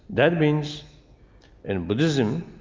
that means in buddhism,